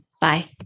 Bye